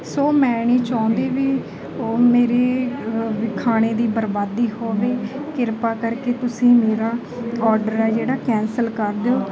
ਸੋ ਮੈਂ ਨਹੀਂ ਚਾਹੁੰਦੀ ਵੀ ਉਹ ਮੇਰੇ ਵੀ ਖਾਣੇ ਦੀ ਬਰਬਾਦੀ ਹੋਵੇ ਕਿਰਪਾ ਕਰਕੇ ਤੁਸੀਂ ਮੇਰਾ ਆਰਡਰ ਆ ਜਿਹੜਾ ਕੈਂਸਲ ਕਰ ਦਿਓ